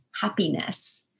happiness